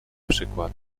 przykład